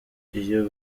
iyo